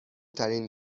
ترین